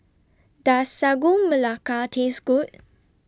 Does Sagu Melaka Taste Good